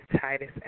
Titus